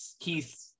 Keith